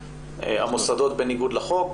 המוסדות בניגוד לחוק,